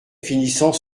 finissant